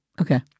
Okay